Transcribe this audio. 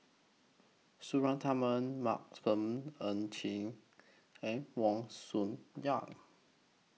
Suratman Ng Chiang and Wong